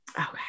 Okay